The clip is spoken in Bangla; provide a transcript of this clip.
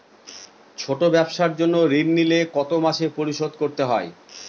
ছোট ব্যবসার জন্য ঋণ নিলে কত মাসে পরিশোধ করতে হয়?